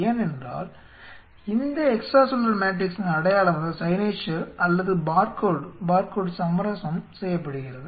ஏனென்றால் இந்த extra cellular மேட்ரிக்ஸின் அடையாளம் அல்லது பார்கோடு சமரசம் செய்யப்படுகிறது